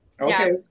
Okay